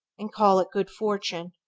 and call it good fortune,